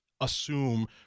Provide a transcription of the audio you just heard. assume